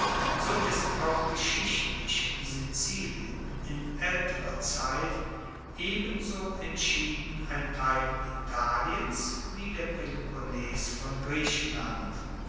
so ist auch geschichtlich sizilien in aelterer zeit ebenso entschieden ein teil italiens wie der peloponnes von griechenland